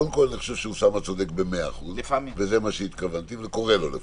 אוסאמה צודק במאה אחוז, זה קורה לו לפעמים,